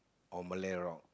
or Malay rock